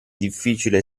difficile